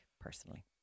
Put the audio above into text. personally